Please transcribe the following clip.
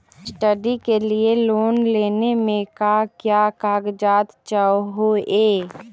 Study के लिये loan लेने मे का क्या कागजात चहोये?